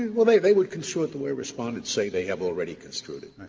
well, they they would construe it the way respondents say they have already construed it.